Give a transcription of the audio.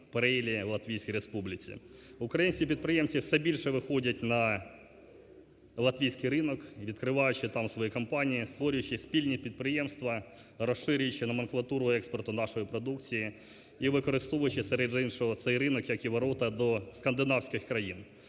Українські підприємці все більше виходять на латвійський ринок, відкриваючи там свої компанії, створюючи спільні підприємства, розширюючи номенклатуру експорту нашої продукції і використовуючи серед іншого цей ринок як і ворота до скандинавських країн.